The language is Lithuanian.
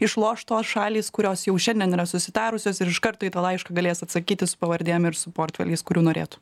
išloš tos šalys kurios jau šiandien yra susitarusios ir iš karto į tą laišką galės atsakyti su pavardėm ir su portfeliais kurių norėtų